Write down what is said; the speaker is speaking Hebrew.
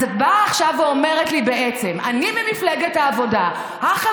אז את באה עכשיו ואומרת לי בעצם: אני ממפלגת העבודה החברתית,